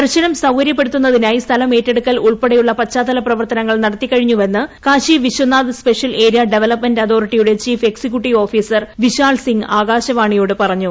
ദർശനം സൌകര്യപ്പെടുത്തുന്നതിനായി സ്ഥലം ഏറ്റെടുക്കൽ ഉൾപ്പെടെയുള്ള പശ്ചാത്തല പ്രവർത്തനങ്ങൾ നടത്തിക്കഴിഞ്ഞുവെന്ന് Kashi Vishwanath special area development അതോറിറ്റിയുടെ ചീഫ് എക്സിക്യൂട്ടിവ് ഓഫീസർ വിശാൽസിംഗ് ആകാശവാണിയോട് പറഞ്ഞു